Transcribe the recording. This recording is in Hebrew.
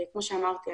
כמו שאמרתי,